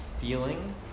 feeling